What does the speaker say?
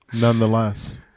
Nonetheless